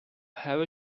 have